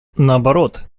наоборот